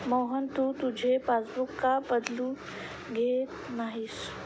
मोहन, तू तुझे पासबुक का बदलून घेत नाहीस?